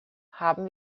haben